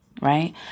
right